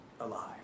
alive